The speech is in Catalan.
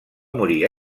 morir